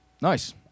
Nice